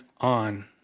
on